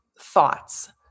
thoughts